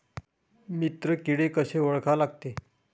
मित्र किडे कशे ओळखा लागते?